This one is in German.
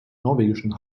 norwegischen